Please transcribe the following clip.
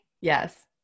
Yes